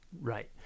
Right